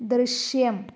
ദൃശ്യം